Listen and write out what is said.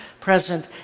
present